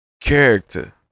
character